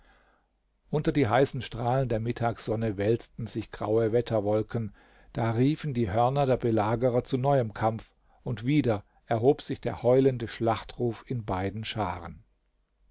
unter die heißen strahlen der mittagsonne wälzten sich graue wetterwolken da riefen die hörner der belagerer zu neuem kampf und wieder erhob sich der heulende schlachtruf in beiden scharen